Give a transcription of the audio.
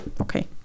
Okay